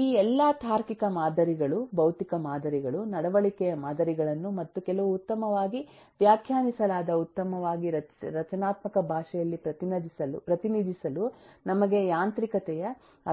ಈ ಎಲ್ಲಾ ತಾರ್ಕಿಕ ಮಾದರಿಗಳು ಭೌತಿಕ ಮಾದರಿಗಳು ನಡವಳಿಕೆಯ ಮಾದರಿಗಳನ್ನು ಮತ್ತು ಕೆಲವು ಉತ್ತಮವಾಗಿ ವ್ಯಾಖ್ಯಾನಿಸಲಾದ ಉತ್ತಮವಾಗಿ ರಚನಾತ್ಮಕ ಭಾಷೆಯಲ್ಲಿ ಪ್ರತಿನಿಧಿಸಲು ನಮಗೆ ಯಾಂತ್ರಿಕತೆಯ